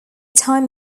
time